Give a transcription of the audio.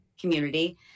community